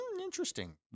Interesting